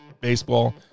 baseball